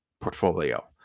portfolio